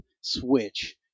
switch